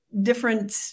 different